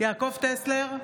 יעקב טסלר,